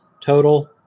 total